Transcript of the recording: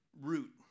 root